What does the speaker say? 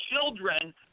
children